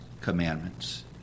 commandments